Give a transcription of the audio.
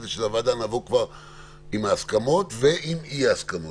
כדי שלוועדה כבר נבוא עם ההסכמות ועם אי-ההסכמות.